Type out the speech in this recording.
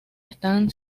están